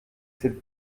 cette